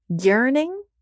yearning